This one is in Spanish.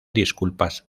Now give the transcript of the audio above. disculpas